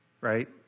right